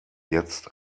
jetzt